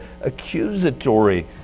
accusatory